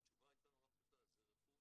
והתשובה הייתה נורא פשוטה זה רכוש,